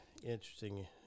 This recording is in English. Interesting